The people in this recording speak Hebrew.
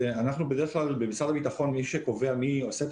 בדרך כלל במשרד הביטחון מי שקובע מי עושה את